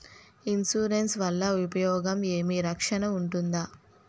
Insurance వల్ల ఉపయోగం ఏమి? రక్షణ ఉంటుందా?